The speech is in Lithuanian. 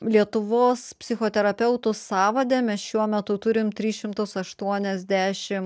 lietuvos psichoterapeutų sąvade mes šiuo metu turim tris šimtus aštuoniasdešim